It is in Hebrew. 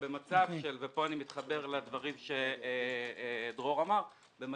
פה אני מתחבר לדברים שדרור אמר רק